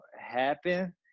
happen